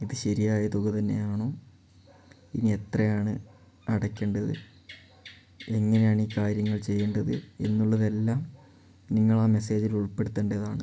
ഇത് ശരിയായ തുക തന്നെയാണോ ഇനി എത്രയാണ് അടയ്ക്കണ്ടത് എങ്ങനെയാണീ കാര്യങ്ങൾ ചെയ്യേണ്ടത് എന്നുള്ളതെല്ലാം നിങ്ങളാ മെസ്സേജിലുഉൾപ്പെട്ത്തെണ്ടതാണ്